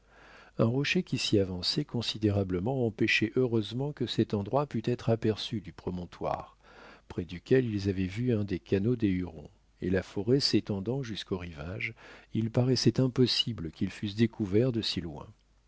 un rocher qui s'y avançait considérablement empêchait heureusement que cet endroit pût être aperçu du promontoire près duquel ils avaient vu un des canots des hurons et la forêt s'étendant jusqu'au rivage il paraissait impossible qu'ils fussent découverts de si loin